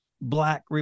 black